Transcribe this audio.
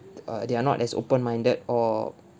uh they are not as open minded or